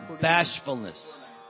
bashfulness